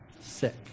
Sick